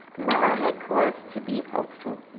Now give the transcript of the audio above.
muller had cause to be hopeful.